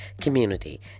community